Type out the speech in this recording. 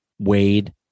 Wade